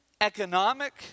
economic